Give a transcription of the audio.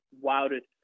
wildest